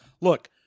look